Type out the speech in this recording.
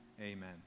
amen